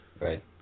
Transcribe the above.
Right